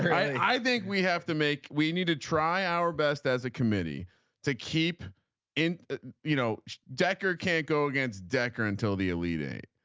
i think we have to make. we need to try our best as a committee to keep in you know dekker can't go against dekker until the elite eight.